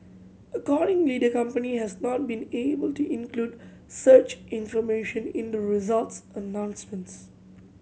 accordingly the company has not been able to include such information in the results announcements